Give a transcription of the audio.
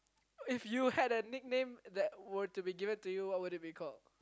if you had a nickname that were to be given to you what would it be called